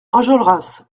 enjolras